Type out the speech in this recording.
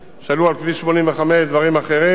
שאלו על כביש 85 דברים אחרים.